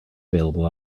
available